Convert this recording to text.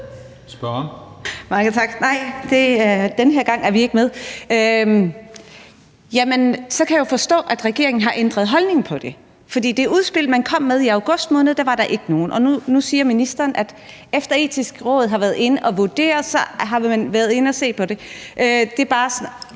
den her gang er vi ikke med. Så kan jeg forstå, at regeringen her har ændret holdning, for i det udspil, man kom med i august måned, var der ikke nogen grænse, og nu siger ministeren, at efter Det Etiske Råd har været inde og vurdere det, har man været inde at se på det. Lad mig bare spørge: